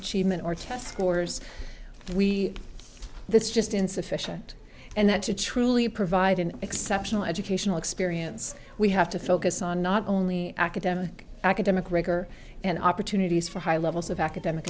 achievement or test scores we that's just insufficient and that to truly provide an exceptional educational experience we have to focus on not only academic academic rigor and opportunities for high levels of academic